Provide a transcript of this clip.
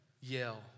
yell